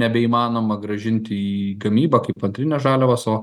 nebeįmanoma grąžinti į gamybą kaip antrines žaliavas o